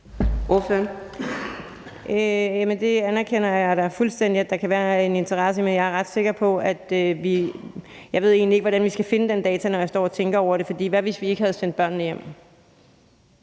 Det anerkender jeg fuldstændig at der kan være en interesse i, men jeg ved ikke rigtig, hvordan vi skal finde de data, når jeg står og tænker over det. For hvad, hvis vi ikke havde sendt børnene hjem?